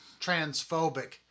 transphobic